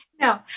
No